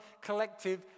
collective